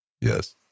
yes